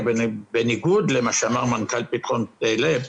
בניגוד למה שאמר מנכ"ל "פתחון לב"